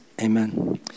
Amen